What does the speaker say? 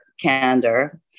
candor